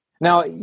Now